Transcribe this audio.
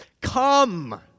Come